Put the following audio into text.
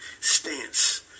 stance